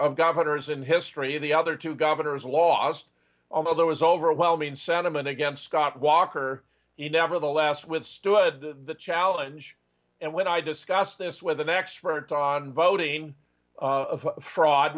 three governors in history the other two governors lost although there was overwhelming sentiment against scott walker you nevertheless withstood the challenge and when i discuss this with an expert on voting of fraud